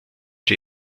die